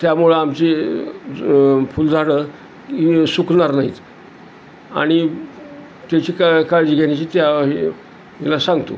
त्यामुळं आमची ज फुलझडं सुकणार नाहीत आणि त्याची का काळजी घेण्याची त्या तिला सांगतो